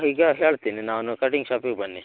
ಈಗ ಹೇಳ್ತೀನಿ ನಾನು ಕಟಿಂಗ್ ಶಾಪಿಗೆ ಬನ್ನಿ